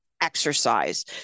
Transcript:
exercise